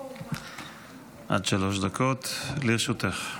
עד שלוש דקות לרשותך.